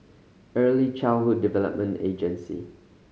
Early Childhood Development Agency